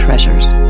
Treasures